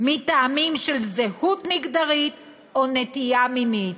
מטעמים של זהות מגדרית או נטייה מינית,